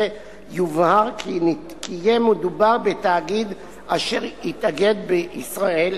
יובהר כי יהיה מדובר בתאגיד אשר התאגד בישראל,